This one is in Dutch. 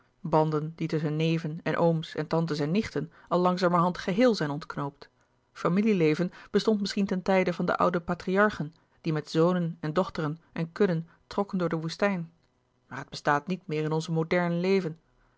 banden die tusschen neven en ooms en tantes en nichten al langzamerhand geheel zijn ontknoopt familie leven bestond misschien ten tijde van de oude patriarchen die met zonen en dochteren en kudden trokken door de woestijn maar het bestaat niet meer in ons moderne leven